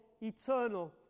eternal